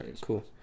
cool